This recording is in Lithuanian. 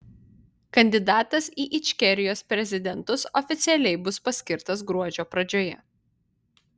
kandidatas į ičkerijos prezidentus oficialiai bus paskirtas gruodžio pradžioje